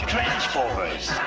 Transformers